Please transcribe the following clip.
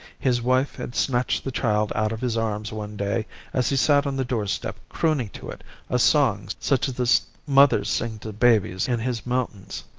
his wife had snatched the child out of his arms one day as he sat on the doorstep crooning to it a song such as the mothers sing to babies in his mountains.